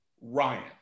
Ryan